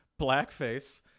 blackface